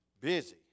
Busy